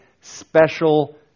special